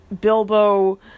Bilbo